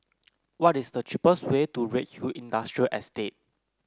what is the cheapest way to Redhill Industrial Estate